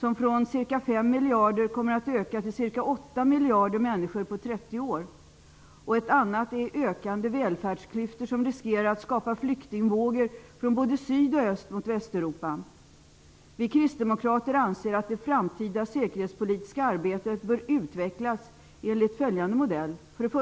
På 30 år kommer befolkningen att öka från cirka fem miljarder till cirka åtta miljarder människor. En annan utmaning är de ökande välfärdsklyftor som riskerar att skapa flyktingvågor från både syd och öst mot Vi kristdemokrater anser att det framtida säkerhetspolitiska arbetet bör utvecklas enligt följande modell: 1.